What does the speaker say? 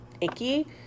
icky